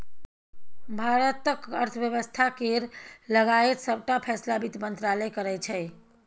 भारतक अर्थ बेबस्था केर लगाएत सबटा फैसला बित्त मंत्रालय करै छै